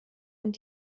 und